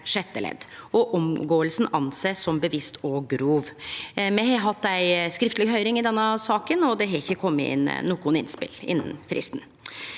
og omgåelsen anses som bevisst og grov». Me har hatt ei skriftleg høyring i denne saka, og det har ikkje kome inn nokon innspel innan fristen.